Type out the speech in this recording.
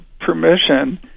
permission